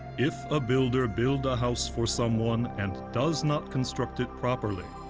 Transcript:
if a builder build a house for someone, and does not construct it properly,